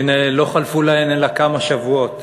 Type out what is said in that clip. והנה, לא חלפו להם אלא כמה שבועות